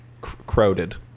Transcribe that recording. crowded